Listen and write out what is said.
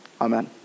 Amen